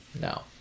No